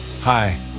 hi